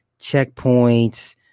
checkpoints